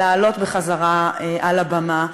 להעלות בחזרה על הבמה.